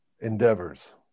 endeavors